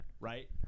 right